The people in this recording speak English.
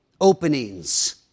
openings